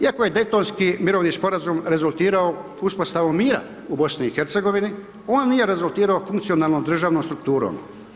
Iako je Dejtonski mirovni sporazum rezultirao uspostavom mira u BiH, on nije rezultirao funkcionalnom državnom strukturom.